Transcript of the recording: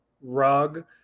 rug